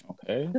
Okay